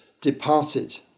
departed